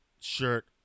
shirt